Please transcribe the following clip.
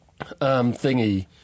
thingy